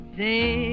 day